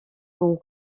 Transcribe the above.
pour